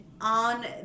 on